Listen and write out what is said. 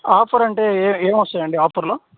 offer అంటే ఏ ఏం వస్తాయి అండి ఆపర్లో